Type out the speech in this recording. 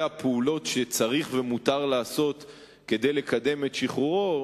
הפעולות שצריך ומותר לעשות כדי לקדם את שחרורו,